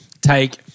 Take